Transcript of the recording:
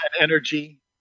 energy